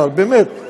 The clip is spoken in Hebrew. באמת.